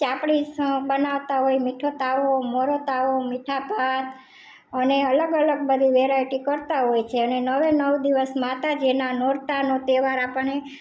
ચાપળિસ બનાવતા હોઈ મીઠો તાવો મોળો તાવો મીઠા ભાત અને અલગ અલગ બધુ વેરાયટી કરતાં હોય છે અને નવે નવ દિવસ માતાજીના નોરતાનો તહેવાર આપણને